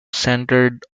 centered